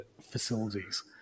facilities